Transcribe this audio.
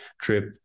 Trip